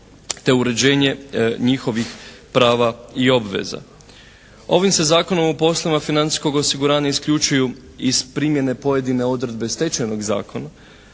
te uređenje njihovih prava i obveza. Ovim se zakonom u poslovima financijskog osiguranja isključuju iz primjene pojedine odredbe Stečajnog zakona